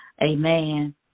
Amen